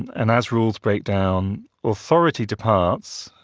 and as rules break down authority departs,